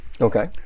Okay